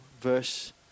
verse